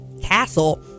castle